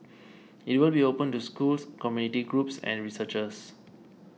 it will be open to schools community groups and researchers